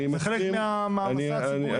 זה חלק מהמעמסה הציבורית.